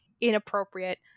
inappropriate